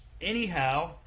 anyhow